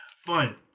Fine